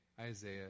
Isaiah